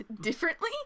differently